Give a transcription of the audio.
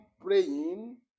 praying